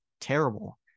terrible